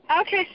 Okay